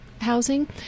housing